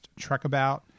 Truckabout